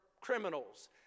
criminals